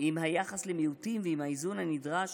" עם היחס למיעוטים ועם האיזון הנדרש